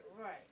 Right